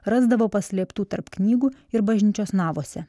rasdavo paslėptų tarp knygų ir bažnyčios navose